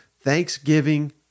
Thanksgiving